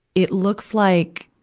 it looks like